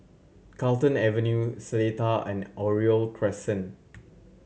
Carlton Avenue Seletar and Oriole Crescent